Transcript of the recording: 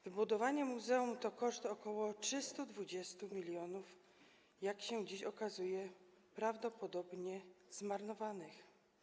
Wybudowanie muzeum to koszt ok. 320 mln, jak się dziś okazuje, prawdopodobnie zmarnowanych.